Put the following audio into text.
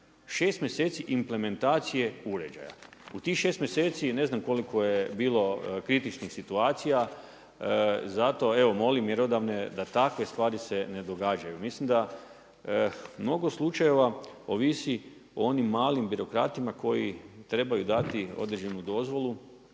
Šest mjeseci implementacije uređaja. U tih šest mjeseci ne znam koliko je bilo kritičnih situacija. Zato evo molim mjerodavne da takve stvari se ne događaju. Mislim da mnogo slučajeva ovisi o onim malim birokratima koji trebaju dati određenu dozvolu